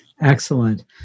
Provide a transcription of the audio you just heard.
Excellent